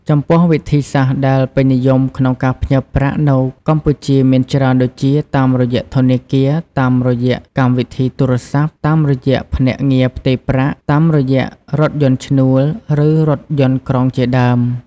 ចំពោះ វិធីសាស្រ្តដែលពេញនិយមក្នុងការផ្ញើប្រាក់នៅកម្ពុជាមានច្រើនដូចជា តាមរយៈធនាគារ តាមរយៈកម្មវិធីទូរស័ព្ទ តាមរយៈភ្នាក់ងារផ្ទេរប្រាក់ តាមរយៈរថយន្តឈ្នួល ឬរថយន្តក្រុងជាដើម។